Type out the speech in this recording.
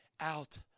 out